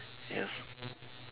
yes